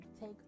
take